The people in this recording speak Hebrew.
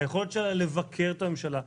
היכולת שלה לבקר את הממשלה,